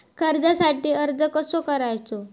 कर्जासाठी अर्ज कसो करायचो?